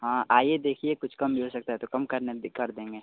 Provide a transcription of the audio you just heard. हाँ आइए देखिए कुछ कम भी हो सकता है तो कम करने कर देंगे